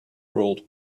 world